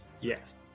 Yes